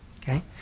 okay